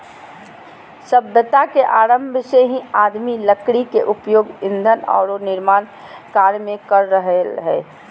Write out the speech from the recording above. सभ्यता के आरंभ से ही आदमी लकड़ी के उपयोग ईंधन आरो निर्माण कार्य में कर रहले हें